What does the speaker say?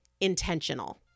intentional